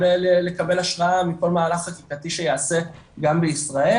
לקבל השראה מכל המהלך חקקתי שייעשה גם בישראל,